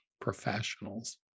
professionals